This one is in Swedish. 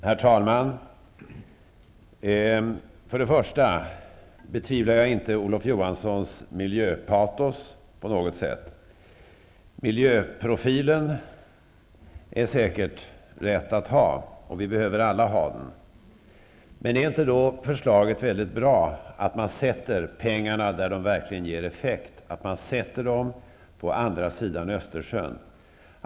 Herr talman! Först och främst vill jag säga att jag inte på något sätt betvivlar Olof Johanssons miljöpatos. Det är säkert rätt att ha en miljöprofil, och vi behöver alla ha en sådan. Men är det då inte ett väldigt bra förslag att alla pengar läggs där de verkligen ger effekt, dvs. att de läggs på insatser på andra sidan av Östersjön?